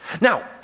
Now